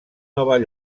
nova